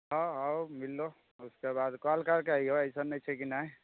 हँ आओ मिल लो ओकर बाद कॉल कैरके अइयो ऐसन नहि छै कि नहि